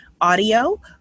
audio